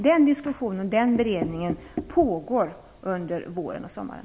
Den diskussionen och den beredningen pågår under våren och sommaren.